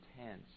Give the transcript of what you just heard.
intense